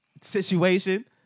situation